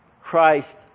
Christ